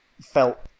felt